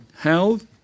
health